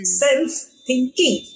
self-thinking